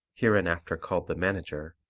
hereinafter called the manager,